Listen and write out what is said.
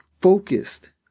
Focused